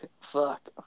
fuck